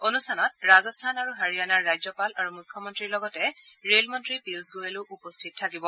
অনুষ্ঠানত ৰাজস্থান আৰু হাৰিয়ানাৰ ৰাজ্যপাল আৰু মুখ্যমন্ত্ৰীৰ লগতে ৰেলমন্ত্ৰী পিয়ুস গোৱেলো উপস্থিত থাকিব